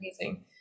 amazing